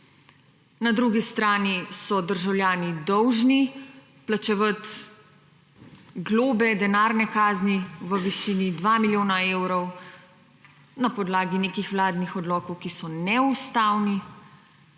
na drugi strani so državljani dolžni plačevat globe, denarne kazni v višini 2 milijona evrov, na podlagi nekih vladnih odlokov, ki so neustavni